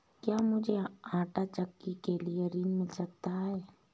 क्या मूझे आंटा चक्की के लिए ऋण मिल सकता है?